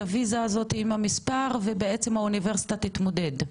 את הוויזה הזאתי עם המספר ובעצם האוניברסיטה תתמודד.